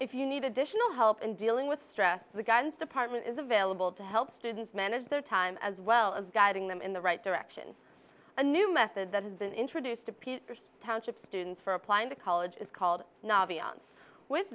if you need additional help in dealing with stress the guidance department is available to help students manage their time as well as guiding them in the right direction a new method that has been introduced to pinterest township students for applying to college is called